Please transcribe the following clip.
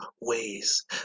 ways